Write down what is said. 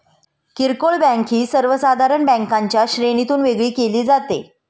किरकोळ बँक ही सर्वसाधारण बँकांच्या श्रेणीतून वेगळी केली जाते